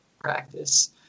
practice